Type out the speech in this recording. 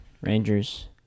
Rangers